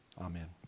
amen